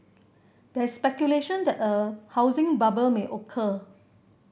there is speculation that a housing bubble may occur